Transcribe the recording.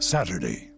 Saturday